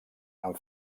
amb